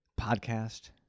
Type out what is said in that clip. podcast